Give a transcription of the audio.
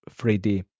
3D